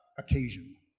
occasion?